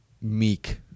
meek